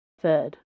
Third